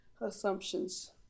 Assumptions